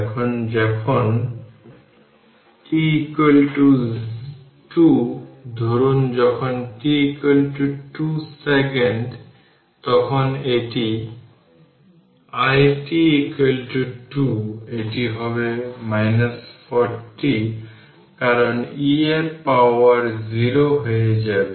এখন যখন t 2 ধরুন যখন t 2 সেকেন্ড তখন এটি it 2 এটি হবে 40 কারণ e এর পাওয়ার 0 হয়ে যাবে